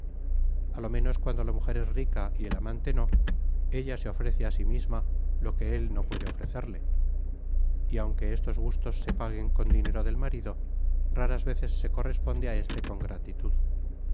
a lo menos cuando la mujer es rica y el amante no elta se ofrece á si misma lo que él no puede ofrecerle y aunque estos gustos se paguen con dinero del marido raras veces se corresponde áeste con gratitud